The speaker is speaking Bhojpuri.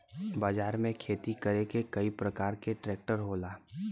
बाजार में खेती करे के कई परकार के ट्रेक्टर होला